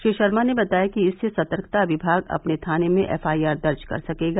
श्री शर्मा ने बताया कि इससे सतर्कता विमाग अपने थाने में ही एफआईआर दर्ज कर सकेगा